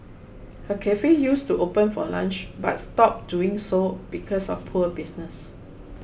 her cafe used to open for lunch but stopped doing so because of poor business